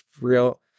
real